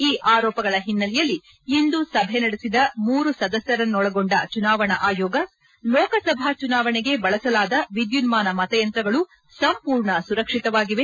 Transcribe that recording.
ಈ ಆರೋಪಗಳ ಹಿನ್ನೆಲೆಯಲ್ಲಿ ಇಂದು ಸಭೆ ನಡೆಸಿದ ಮೂರು ಸದಸ್ತರನ್ನೊಳಗೊಂಡ ಚುನಾವಣಾ ಆಯೋಗಲೋಕಸಭಾ ಚುನಾವಣೆಗೆ ಬಳಸಲಾದ ವಿದ್ದುನ್ನಾನ ಮತಯಂತ್ರಗಳು ಸಂಪೂರ್ಣ ಸುರಕ್ಷಿತವಾಗಿವೆ